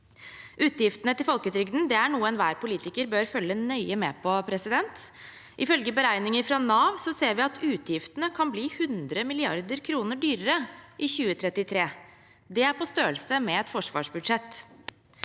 Utgiftene til folketrygden er noe enhver politiker bør følge nøye med på. Ifølge beregninger fra Nav ser vi at utgiftene kan bli 100 mrd. kr høyere i 2033. Det er på størrelse med et forsvarsbudsjett.